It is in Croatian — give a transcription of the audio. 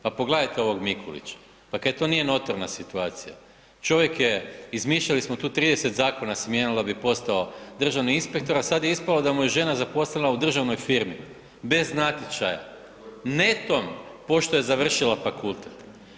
Pa pogledajte ovog Mikulića, pa kaj to nije notorna situacija, čovjek je, izmišljali smo tu 30 zakona se mijenjalo da bi postao državni inspektor, a sad je ispalo da mu je žena zaposlena u državnoj firmi bez natječaja, netom, pošto je završila fakultet.